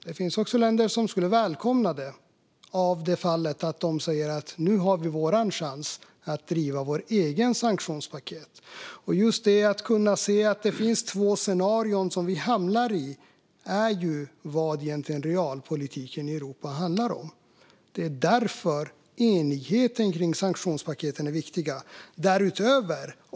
Det finns också länder som skulle välkomna det för att de ser sin chans att driva sitt eget sanktionspaket. Det finns två scenarier som vi hamnar i, och att se detta är vad realpolitiken i Europa egentligen handlar om. Därför är enigheten kring sanktionspaketen så viktig.